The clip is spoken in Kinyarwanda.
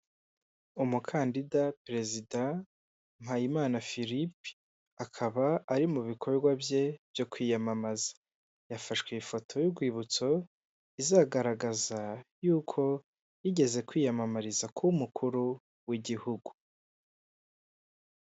Umukandida perezida Mpayimana Philippe akaba ari mu bikorwa bye byo kwiyamamaza, yafashe ifoto y'urwibutso izagaragaza yuko yigeze kwiyamamariza kuba umukuru w'igihugu.